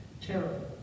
terrible